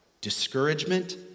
discouragement